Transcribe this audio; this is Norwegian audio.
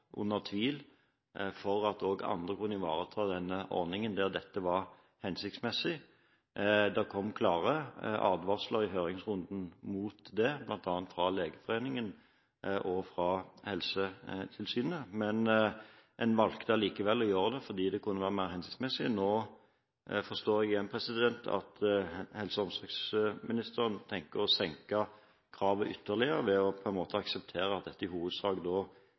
under tvil – for at andre kunne ivareta denne ordningen der dette var hensiktsmessig. Det kom klare advarsler i høringsrunden mot det, bl.a. fra Legeforeningen og fra Helsetilsynet, men man valgte likevel å gjøre det fordi det kunne være mer hensiktsmessig. Nå forstår jeg at helse- og omsorgsministeren tenker å senke kravet ytterligere ved på en måte å akseptere at dette i hovedsak